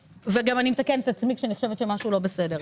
ואני גם מתקנת את עצמי כשאני חושבת שמשהו לא בסדר.